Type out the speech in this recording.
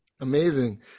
Amazing